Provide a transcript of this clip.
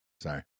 Sorry